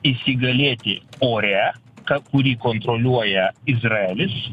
įsigalėti ore ka kurį kontroliuoja izraelis